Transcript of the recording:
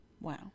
wow